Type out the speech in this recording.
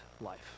life